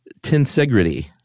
tensegrity